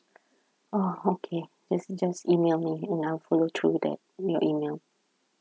oh okay just just email me and I'll follow through that your email